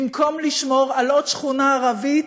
במקום לשמור על עוד שכונה ערבית